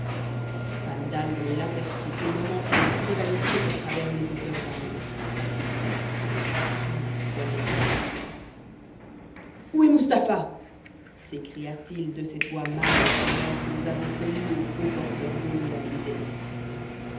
fandango l'aperçut au moment où il s'évanouissait à travers l'épaisseur d'un mur un soupçon lui poignarda le coeur où est mustapha s'écria-t-il de cette voix mâle et sonore que nous avons connue au faux porteur d'eau de la nuit des noces